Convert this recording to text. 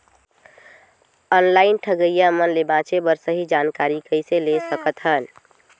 Online ठगईया मन ले बांचें बर सही जानकारी कइसे ले सकत हन?